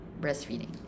breastfeeding